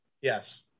Yes